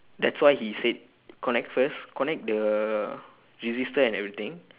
that's why he said connect first connect the resistor and everything